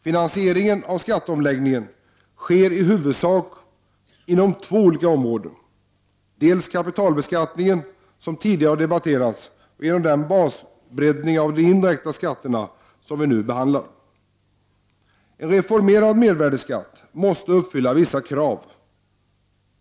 Finansieringen av skatteomläggningen sker i huvudsak inom två olika områden: dels kapitalbeskattningen, som tidigare debatterats, dels genom den breddning av basen för uttag av de indirekta skatter som vi nu behandlar. En reformerad mervärdeskatt måste uppfylla vissa krav.